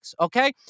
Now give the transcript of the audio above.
Okay